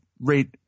rate